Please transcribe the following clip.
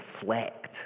reflect